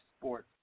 sports